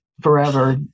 forever